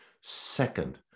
Second